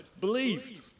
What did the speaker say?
believed